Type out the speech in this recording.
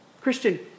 Christian